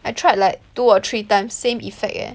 I tried like two or three times same effect eh